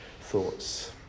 thoughts